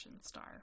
star